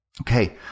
Okay